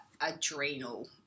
adrenal